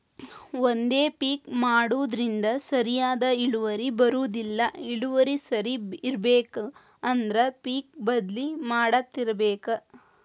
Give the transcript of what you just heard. ಒಂದೇ ಪಿಕ್ ಮಾಡುದ್ರಿಂದ ಸರಿಯಾದ ಇಳುವರಿ ಬರುದಿಲ್ಲಾ ಇಳುವರಿ ಸರಿ ಇರ್ಬೇಕು ಅಂದ್ರ ಪಿಕ್ ಬದ್ಲಿ ಮಾಡತ್ತಿರ್ಬೇಕ